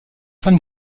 fin